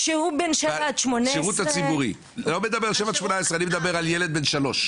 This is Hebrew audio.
כשהוא בן שבע עד 18. אני לא מדבר על 7 עד 18 אני מדבר על ילד בן שלוש.